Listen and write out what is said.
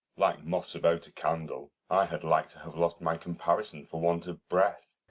like moths about a candle. i had like to have lost my comparison for want of breath.